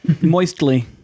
Moistly